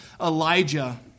Elijah